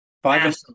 Five